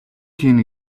хийнэ